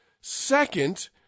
Second